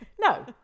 No